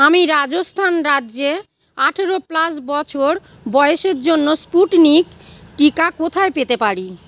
আমি রাজস্থান রাজ্যে আঠেরো প্লাস বছর বয়সের জন্য স্পুটনিক টিকা কোথায় পেতে পারি